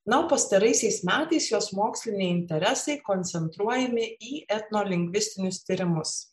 na o pastaraisiais metais jos moksliniai interesai koncentruojami į etnolingvistinius tyrimus